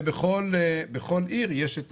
ובכל עיר יש את